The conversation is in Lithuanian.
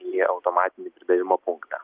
į automatinį pridavimo punktą